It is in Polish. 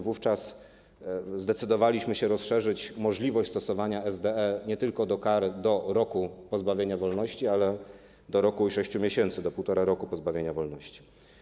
Wówczas zdecydowaliśmy się rozszerzyć możliwość stosowania SDE - stosować go nie tylko w przypadkach kar do roku pozbawienia wolności, ale do roku i 6 miesięcy, do półtora roku pozbawienia wolności.